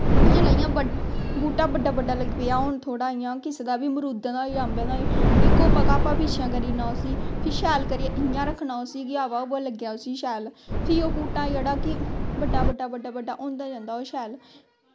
फ्ही जिसलै इयां बूह्टा बड्डा बड्डा लगी पेआ होन थोह्ड़ा इयां किसे दा अमरूदें दा होइया जां अम्बें दा होईया फ्ही घोप्पा घाप्पा पिच्छें करी ओड़ना उसी फ्ही शैल कतरियै इयां रक्खना उसी कि हवा हुवा लग्गै उसी फ्ही ओह् बूह्टा जेह्ड़ा कि बड्डा बड्डा बड्डा होंदा जंदा ओह् शैल